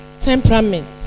temperament